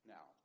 Now